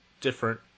different